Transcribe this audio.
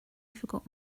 forgot